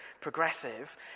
progressive